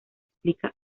explica